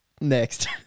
Next